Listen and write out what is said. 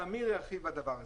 ואמיר ירחיב בדבר הזה.